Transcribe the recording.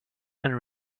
and